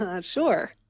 Sure